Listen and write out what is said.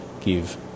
give